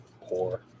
poor